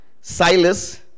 Silas